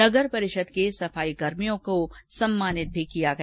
नगर परिषद के सफाई कर्मियों का सम्मान भी किया गया